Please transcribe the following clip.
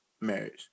marriage